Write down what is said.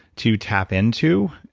to tap into,